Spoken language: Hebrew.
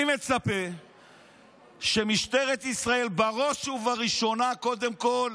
אני מצפה שמשטרת ישראל, בראש ובראשונה, קודם כול